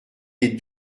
les